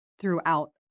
throughout